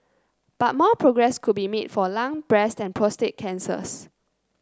but more progress could be made for lung breast and prostate cancers